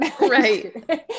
Right